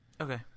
Okay